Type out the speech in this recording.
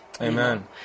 Amen